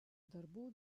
darbų